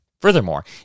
Furthermore